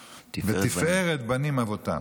ותפארת בנים אבותם".